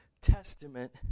Testament